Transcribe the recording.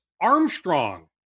Armstrong